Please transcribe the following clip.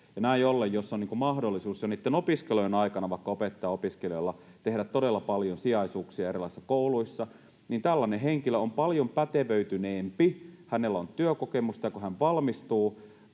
vaikka opettajaopiskelijalla tehdä todella paljon sijaisuuksia erilaisissa kouluissa, niin tällainen henkilö on paljon pätevöityneempi: hänellä on työkokemusta, kun hän valmistuu.